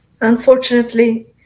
Unfortunately